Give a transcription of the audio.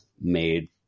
made